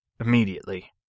Immediately